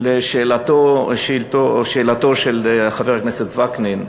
לשאלתו של חבר הכנסת וקנין,